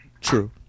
True